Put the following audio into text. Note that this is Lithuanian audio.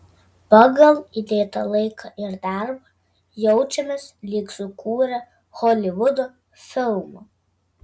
pagal įdėtą laiką ir darbą jaučiamės lyg sukūrę holivudo filmą